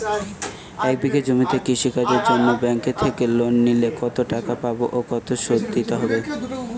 এক বিঘে জমিতে কৃষি কাজের জন্য ব্যাঙ্কের থেকে লোন নিলে কত টাকা পাবো ও কত শুধু দিতে হবে?